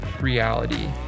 reality